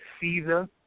Caesar